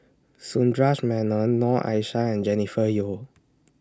Sundaresh Menon Noor Aishah and Jennifer Yeo